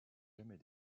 jamais